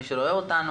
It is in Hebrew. מי שרואה אותנו